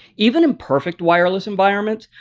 even in perfect wireless environment,